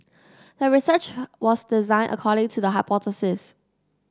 the research was designed according to the hypothesis